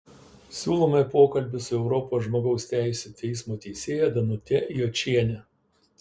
siūlome pokalbį su europos žmogaus teisių teismo teisėja danute jočiene